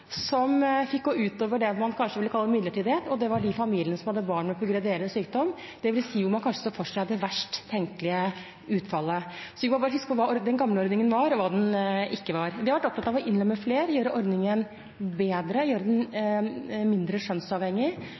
som fikk gå utover det man kanskje ville kalle midlertidighet, og det var de familiene som hadde barn med progredierende sykdom, dvs. at man kanskje ser for seg det verst tenkelige utfallet. Så vi må huske hva den gamle ordningen var, og hva den ikke var. Vi har vært opptatt av å innlemme flere, å gjøre ordningen bedre og mindre skjønnsavhengig